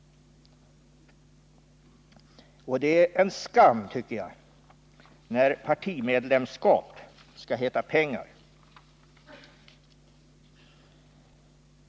Och det är en skam, tycker jag, när partimedlemskap skall heta pengar.